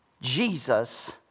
Jesus